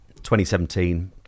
2017